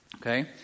Okay